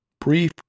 brief